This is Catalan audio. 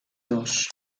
dos